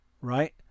right